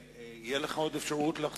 תהיה לך עוד אפשרות לחזור ולהוסיף.